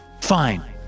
Fine